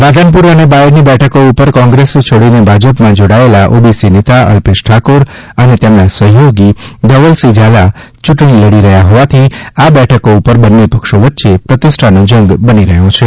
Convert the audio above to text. રાધનપુર અને બાયડની બેઠકો ઉપર કોંગ્રેસ છોડીને ભાજપમાં જોડાયેલા ઓબીસી નેતા અલ્પેશ ઠાકોર અને તેમના સહયોગી ધવલસિંહ ઝાલા યૂંટણી લડી રહ્યા હોવાથી આ બેઠકો ઉપર બંને પક્ષો વચ્ચે પ્રતિષ્ઠાનો જંગ બની રહ્યો છે